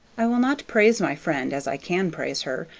i will not praise my friend as i can praise her,